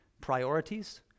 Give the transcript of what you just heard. priorities